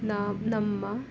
ನಾ ನಮ್ಮ